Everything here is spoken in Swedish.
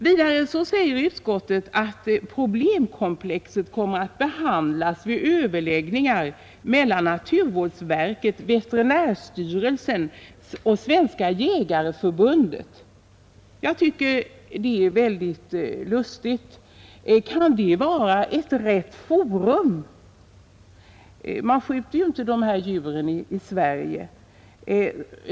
Vidare säger utskottet att problemkomplexet kommer att behandlas vid överläggningar mellan naturvårdsverket, veterinärstyrelsen och Svenska jägareförbundet. Jag tycker att det är väldigt lustigt. Kan det vara rätt forum? Man skjuter ju inte dessa djur i Sverige.